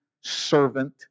servant